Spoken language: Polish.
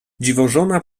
dziwożona